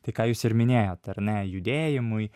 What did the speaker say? tai ką jūs ir minėjot ar ne judėjimui